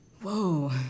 whoa